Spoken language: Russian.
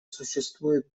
существует